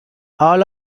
all